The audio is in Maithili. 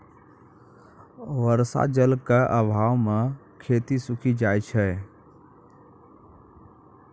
बर्षा जल क आभाव म खेती सूखी जाय छै